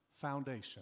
foundation